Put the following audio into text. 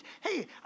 hey